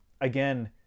again